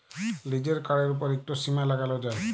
লিজের কাড়ের উপর ইকট সীমা লাগালো যায়